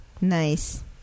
Nice